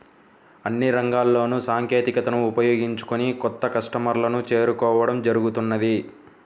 అన్ని రంగాల్లోనూ సాంకేతికతను ఉపయోగించుకొని కొత్త కస్టమర్లను చేరుకోవడం జరుగుతున్నది